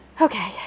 Okay